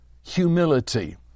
humility